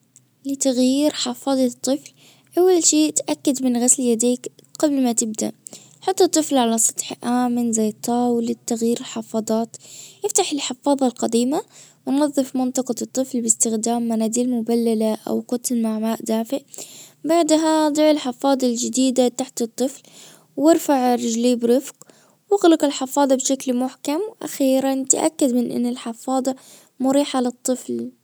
لتغيير حفاضة الطفل اول شيء يتأكد من غسل يديك قبل ما تبدأ حط الطفل على سطح آمن زي طاولة للتغيير حفاضات افتح الحفاظة القديمة ونظف منطقة الطفل باستخدام مناديل مبللة او قطن مع ماء دافئ بعدها ضع الحفاظة الجديدة تحت الطفل وارفع رجليه برفق واغلق الحفاضة بشكل محكم واخيرا تأكد من ان الحفاضة مريحة للطفل